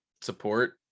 support